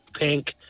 pink